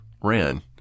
Ran